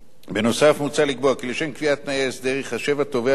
מוצע לקבוע כי לשם קביעת תנאי ההסדר יתחשב התובע בעקרונות שנקבעו